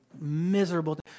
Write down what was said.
miserable